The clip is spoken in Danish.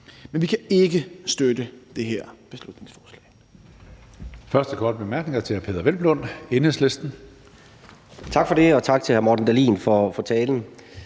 Men vi kan ikke støtte det her beslutningsforslag.